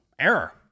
error